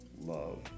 love